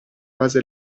base